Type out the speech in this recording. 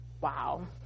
wow